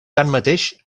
tanmateix